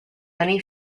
many